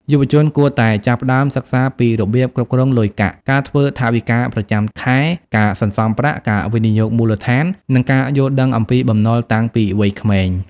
យុវជនគួរតែចាប់ផ្ដើមសិក្សាពីរបៀបគ្រប់គ្រងលុយកាក់ ការធ្វើថវិកាប្រចាំខែ ការសន្សំប្រាក់ ការវិនិយោគមូលដ្ឋាន និងការយល់ដឹងអំពីបំណុលតាំងពីវ័យក្មេង។